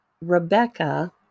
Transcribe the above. Rebecca